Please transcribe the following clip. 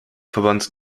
verband